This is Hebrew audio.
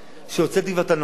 והוצאתי כבר את הנוהל הזה.